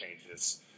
changes